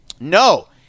No